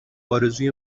ارزوی